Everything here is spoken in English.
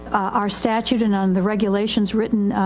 our statute and on the regulations written,